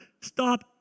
stop